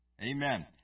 Amen